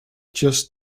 just